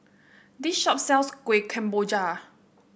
this shop sells Kuih Kemboja